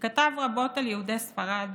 שכתב רבות על יהודי ספרד